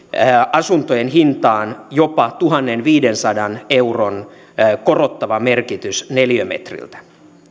asuntojen hintaan jopa tuhannenviidensadan euron korottava vaikutus neliömetriltä